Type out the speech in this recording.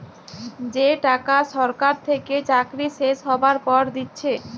যে টাকা সরকার থেকে চাকরি শেষ হ্যবার পর দিচ্ছে